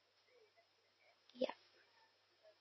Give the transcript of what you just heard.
yup